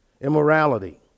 Immorality